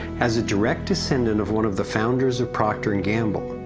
as a direct descendant of one of the founders of procter and gamble,